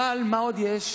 אבל מה עוד יש?